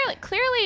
clearly